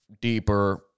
deeper